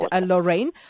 Lorraine